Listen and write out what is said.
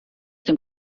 dem